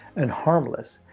and harmless,